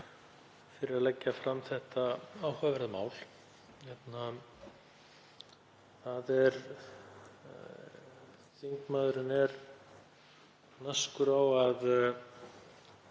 fyrir að leggja fram þetta áhugaverða mál. Þingmaðurinn er naskur á að